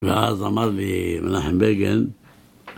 ואז אמר לי מנחם בגין